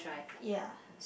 ya